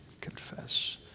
Confess